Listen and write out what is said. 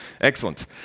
Excellent